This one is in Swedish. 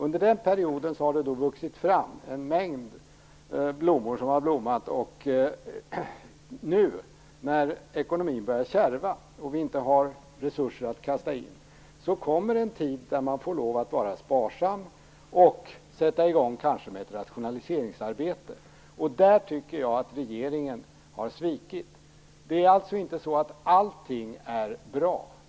Under den perioden har det vuxit fram en mängd blommor som har blommat. Nu, när ekonomin börjar kärva och vi inte har några resurser att kasta in, kommer en tid då man får lov att vara sparsam och sätta i gång med ett rationaliseringsarbete. Där tycker jag att regeringen har svikit. Allting är inte bra.